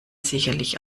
sicherlich